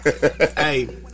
Hey